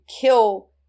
kill